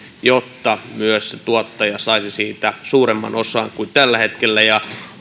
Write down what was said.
jotta myös tuottaja saisi siitä suuremman osan kuin tällä hetkellä